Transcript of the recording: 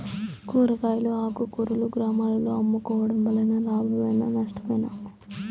కూరగాయలు ఆకుకూరలు గ్రామాలలో అమ్ముకోవడం వలన లాభమేనా నష్టమా?